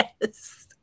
Yes